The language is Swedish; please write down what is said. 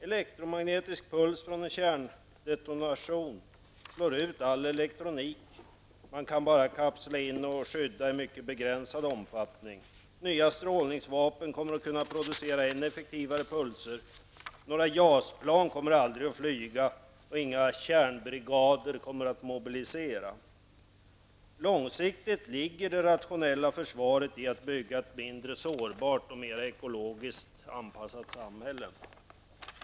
Elektromagnetiska pulser från en kärndetonation slår ut all elektronik. Man kan bara kapsla in och skydda i mycket begränsad omfattning. Nya strålningsvapen kommer att kunna producera ännu effektivare pulser. JAS-plan kommer aldrig att flyga, och inga kärnbrigader kommer att mobiliseras. Långsiktigt är meningen med det rationella försvaret att bygga ett mindre sårbart och mera ekologiskt anpassat samhälle.